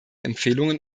empfehlungen